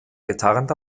getarnt